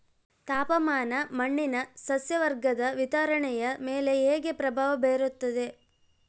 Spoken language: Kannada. ತಾಪಮಾನ ಮಣ್ಣಿನ ಸಸ್ಯವರ್ಗದ ವಿತರಣೆಯ ಮೇಲೆ ಹೇಗೆ ಪ್ರಭಾವ ಬೇರುತ್ತದೆ?